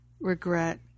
regret